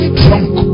drunk